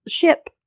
ship